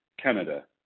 canada